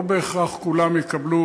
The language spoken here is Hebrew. לא בהכרח כולם יקבלו,